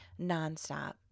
nonstop